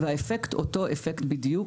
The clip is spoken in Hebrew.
והאפקט אותו אפקט בדיוק.